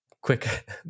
quick